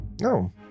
No